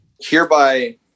hereby